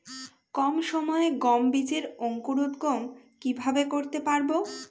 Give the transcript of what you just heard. কম সময়ে গম বীজের অঙ্কুরোদগম কিভাবে করতে পারব?